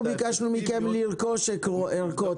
ביקשנו מכם לרכוש ערכות.